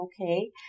okay